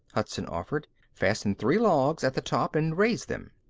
hudson offered. fasten three logs at the top and raise them.